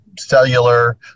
cellular